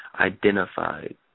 identified